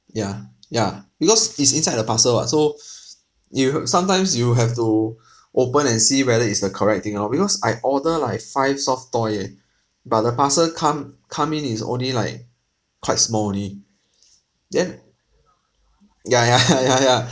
yeah yeah because it's inside the parcel [what] so you sometimes you have to open and see whether is the correct thing orh because I order like five soft toy eh but the parcel come come in is only like quite small only then ya yeah ya ya